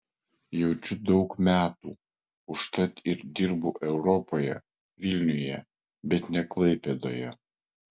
jaučiu daug metų užtat ir dirbu europoje vilniuje bet ne klaipėdoje